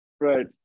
right